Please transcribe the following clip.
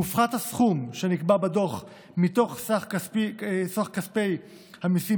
מפוחת הסכום שנקבע בדוח מתוך סך כספי המיסים